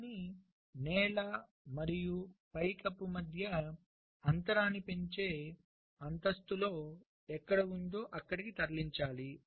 దానిని నేల మరియు పైకప్పు మధ్య అంతరాన్ని పెంచే అంతస్తులో ఎక్కడో ఉందో అక్కడికి తరలించాలి